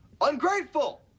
ungrateful